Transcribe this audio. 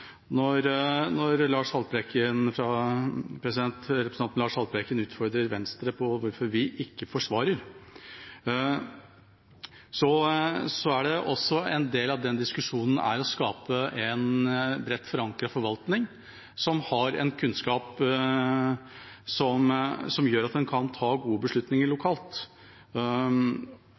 Når representanten Lars Haltbrekken utfordrer Venstre på hvorfor vi ikke forsvarer fugl og vilt, er en del av diskusjonen å skape en bredt forankret forvaltning som har kunnskap som gjør at en kan ta gode beslutninger lokalt.